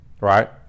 right